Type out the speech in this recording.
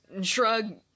shrug